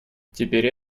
теперь